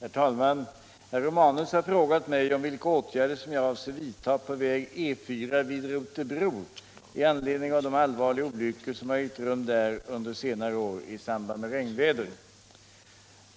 Herr talman! Herr Romanus har frågat mig vilka åtgärder som jag avser vidta på väg E 4 vid Rotebro i anledning av de allvarliga olyckor som har ägt rum där under senare år i samband med regnväder.